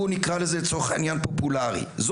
לספורט יש